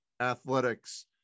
athletics